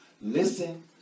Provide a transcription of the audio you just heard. listen